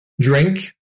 drink